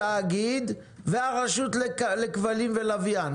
התאגיד והרשות לכבלים ולוויין.